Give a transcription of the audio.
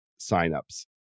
signups